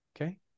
Okay